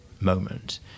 moment